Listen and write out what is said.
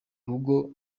rugo